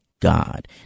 God